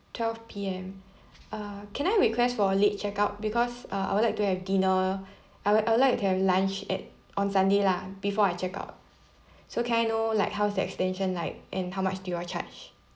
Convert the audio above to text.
twelve P_M uh can I request for late check out because uh I would like to have dinner I would I would like to have lunch at on sunday lah before I check out so can I know like how is the extension like and how much do you all charge